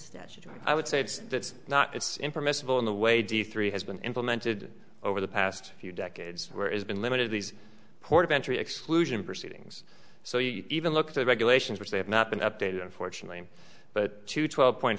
statutory i would say it's it's not it's impermissible in the way de three has been implemented over the past few decades where is been limited these port of entry exclusion proceedings so you even look at the regulations which they have not been updated unfortunately but to twelve point